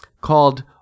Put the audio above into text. called